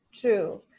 True